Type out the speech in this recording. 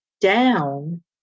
down